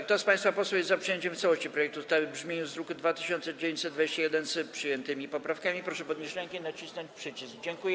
Kto z państwa posłów jest za przyjęciem w całości projektu ustawy w brzmieniu z druku nr 2921, wraz z przyjętymi poprawkami, proszę podnieść rękę i nacisnąć przycisk.